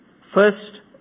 First